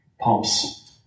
pumps